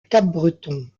capbreton